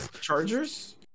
Chargers